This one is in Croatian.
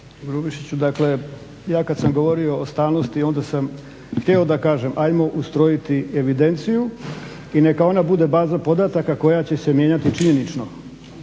Grubišiću. Dakle, ja kad sam govorio o stalnosti onda sam htio da kažem ajmo ustrojiti evidenciju i neka ona bude baza podataka koja će se mijenjati činjenično.